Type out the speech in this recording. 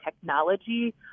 technology